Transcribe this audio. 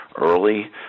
early